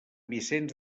vicenç